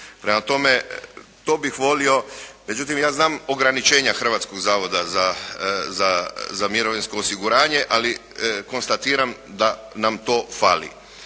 Prema tome, to bih volio. Međutim, ja znam ograničenja Hrvatskog zavoda za mirovinsko osiguranje ali konstatiram da nam to fali.